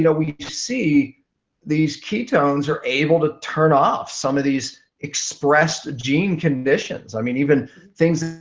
you know we see these ketones are able to turn off some of these expressed gene conditions. i mean even things